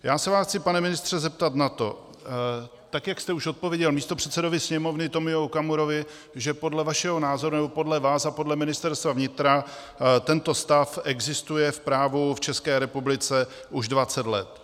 Já se vás chci, pane ministře, zeptat na to, tak jak jste už odpověděl místopředsedovi Sněmovny Tomio Okamurovi, že podle vás a podle Ministerstva vnitra tento stav existuje v právu v České republice už 20 let.